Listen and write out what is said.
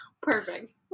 Perfect